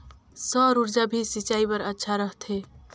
सौर ऊर्जा भी सिंचाई बर अच्छा रहथे?